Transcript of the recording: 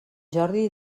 jordi